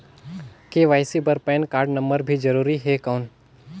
KYC बर PAN card number भी जरूरी हे कौन?